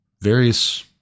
various